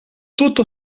tutto